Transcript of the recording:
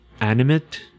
animate